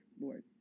Lord